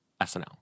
SNL